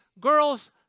girls